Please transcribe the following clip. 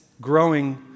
growing